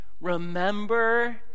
remember